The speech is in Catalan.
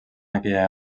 aquella